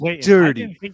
dirty